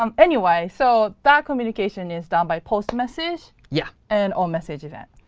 um anyway, so that communication is done by post message yeah and all message event.